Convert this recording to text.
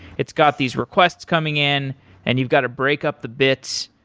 it's got these requests coming in and you've got to break up the bits